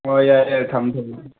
ꯑꯣ ꯌꯥꯔꯦ ꯌꯥꯔꯦ ꯊꯝꯃꯦ ꯊꯝꯃꯦ